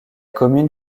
commune